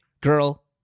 girl